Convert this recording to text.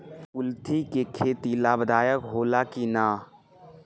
कुलथी के खेती लाभदायक होला कि न?